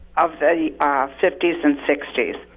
of the ah fifty s and sixty s.